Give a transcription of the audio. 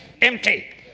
Empty